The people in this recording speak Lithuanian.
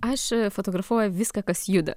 aš fotografuoju viską kas juda